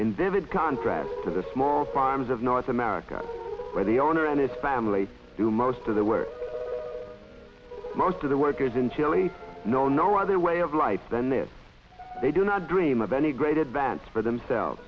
would contrast to the small farms of north america where the owner and his family do most of the work most of the workers in chile know no other way of life than this they do not dream of any great advance for themselves